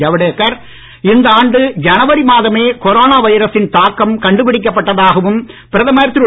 ஜவடேகர் இந்த ஆண்டு மாதமே கொரோனா வைரசின் ஜனவரி தாக்கம் கண்டு பிடிக்கப்பட்டதாகவும் பிரதமர் திரு